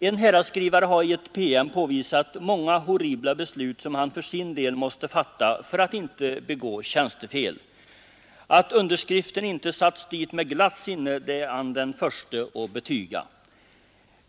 En häradsskrivare har i en PM påvisat många horribla beslut som han för sin del måste fatta för att inte begå tjänstefel. Att underskriften inte satts dit med glatt sinne är han den förste att betyga.